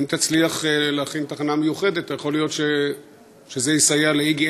אם תצליח להכין תקנה מיוחדת יכול להיות שזה יסייע ל"איגי".